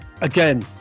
again